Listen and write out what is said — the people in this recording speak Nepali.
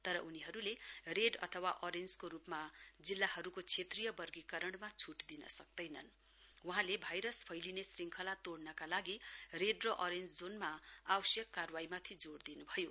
तर उनीहरूले रेड अथवा अरेञ्जको रूपमा जिल्लाहरूको क्षेत्रीय वर्गीकरणमा छुट दिनसक्दैनन् वहाँले भाइरस फैलिने शृङ्खला तोङ्नका लागि रेड र अरेञ्ज जोनमा आवश्यक कार्वाही माथि जोड दिनुभयो